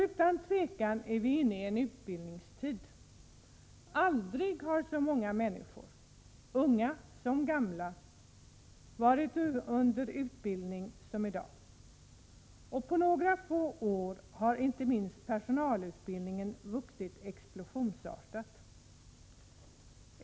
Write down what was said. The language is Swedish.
Utan tvivel är vi inne i en utbildningstid. Aldrig har så många människor — unga som gamla — varit under utbildning som i dag. På några få år har inte minst personalutbildningen vuxit explosionsartat.